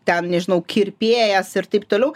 ten nežinau kirpėjas ir taip toliau